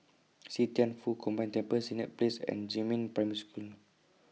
See Thian Foh Combined Temple Senett Place and Jiemin Primary School